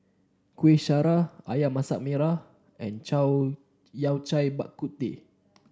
Kuih Syara ayam Masak Merah and Yao Cai Bak Kut Teh